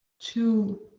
two.